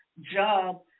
job